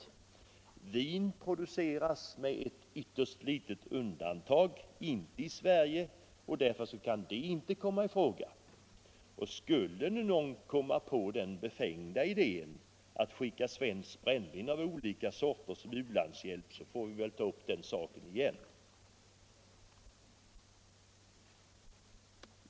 Vin produceras med ett ytterst litet undantag inte i Sverige och kan därför inte komma i fråga. Skulle någon komma på den befängda idén att skicka svenskt brännvin av olika sorter som u-landshjälp, får vi väl ta upp den saken igen.